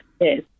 Yes